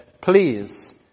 Please